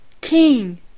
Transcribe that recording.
king